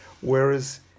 Whereas